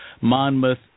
Monmouth